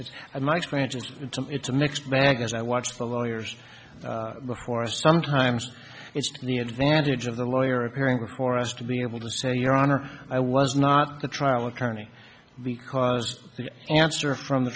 is it's a mixed bag as i watch the lawyers before us sometimes it's the advantage of the lawyer appearing before us to be able to say your honor i was not the trial attorney because the answer from the